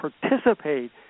participate